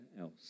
else